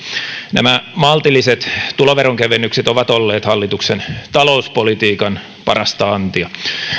nämä maltilliset tuloveronkevennykset ovat olleet hallituksen talouspolitiikan parasta antia